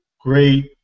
great